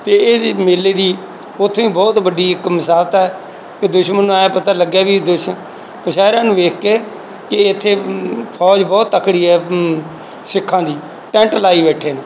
ਅਤੇ ਇਹ ਜੀ ਮੇਲੇ ਦੀ ਉੱਥੋਂ ਹੀ ਬਹੁਤ ਵੱਡੀ ਇੱਕ ਮਿਸਾਲਤ ਹੈ ਕਿ ਦੁਸ਼ਮਣ ਨੂੰ ਐਂ ਪਤਾ ਲੱਗਿਆ ਵੀ ਦੁਸ਼ ਕਛਹਿਰਾਇਆਂ ਨੂੰ ਵੇਖ ਕੇ ਕਿ ਇੱਥੇ ਫੌਜ ਬਹੁਤ ਤਕੜੀ ਹੈ ਸਿੱਖਾਂ ਦੀ ਟੈਂਟ ਲਾਈ ਬੈਠੇ ਨੇ